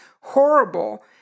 horrible